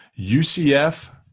UCF